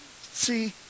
See